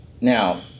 Now